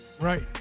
right